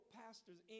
pastors